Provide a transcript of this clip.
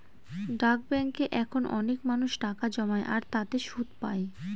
ডাক ব্যাঙ্কে এখন অনেক মানুষ টাকা জমায় আর তাতে সুদ পাই